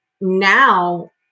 now